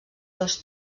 dos